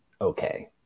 okay